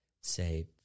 say